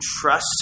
trust